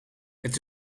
het